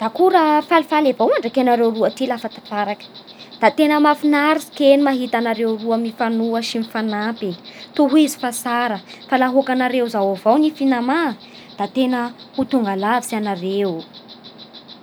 Da koa falifaly avao andraky nareo roa tiky lafa tafaraky Da tena mahafinaritsy kegny mahita anareo roa mifanoa sy mifanampy, tohizo fa tsara Fa laha hôkanareo avao zao ny finama da tena ho tonga lavitsy ianareo